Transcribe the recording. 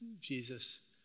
Jesus